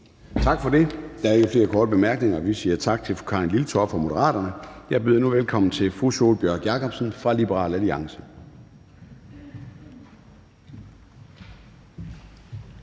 Tak for det. Der er ikke flere korte bemærkninger. Vi siger tak til fru Karin Liltorp fra Moderaterne. Jeg byder nu velkommen til Sólbjørg Jakobsen fra Liberal Alliance.